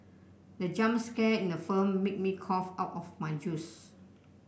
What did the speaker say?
the jump scare in the film made me cough out my juice